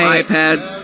iPads